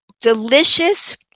delicious